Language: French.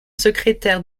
secrétaire